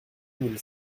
mille